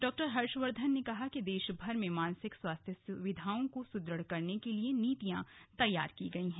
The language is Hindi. डॉक्टर हर्षवर्धन ने कहा कि देशभर में मानसिक स्वास्थ्य सुविधाओं को सुदृढ़ कराने के लिए नीतियां तैयार की गई हैं